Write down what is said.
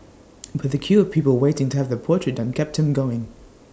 but the queue of people waiting to have their portrait done kept him going